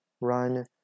run